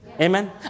Amen